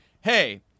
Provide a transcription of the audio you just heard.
hey